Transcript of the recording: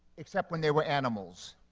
except when they were animals.